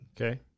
Okay